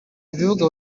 ibibuga